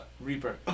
Reaper